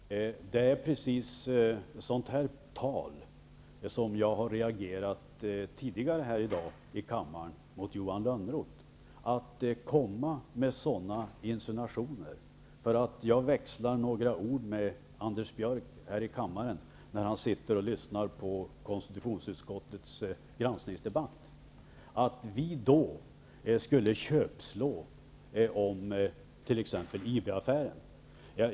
Herr talman! Det är precis sådant här tal från Johan Lönnroth, som jag tidigare här i dag i kammaren har reagerat emot. Att komma med sådana insinuationer för att jag har växlat några ord med Anders Björck här i kammaren medan han lyssnade på konstitutionsutskottets granskningsdebatt och påstå att vi skulle köpslå om t.ex. IB-affären!